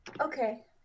Okay